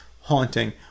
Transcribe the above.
haunting